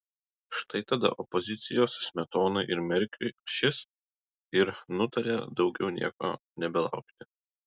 štai tada opozicijos smetonai ir merkiui ašis ir nutarė daugiau nieko nebelaukti